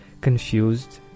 confused